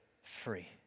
Free